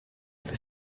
für